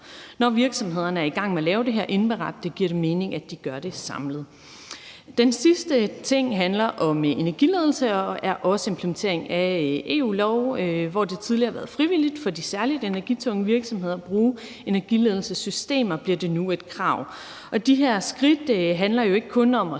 Når virksomhederne er i gang med at indberette det, giver det mening, at de gør det samlet. Den sidste ting handler om energiledelse og er også en implementering af EU-lov. Hvor det tidligere har været frivilligt for de særlig energitunge virksomheder at bruge energiledelsessystemer, bliver det nu et krav. De her skridt handler jo ikke kun om at